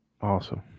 Awesome